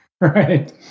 Right